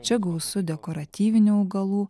čia gausu dekoratyvinių augalų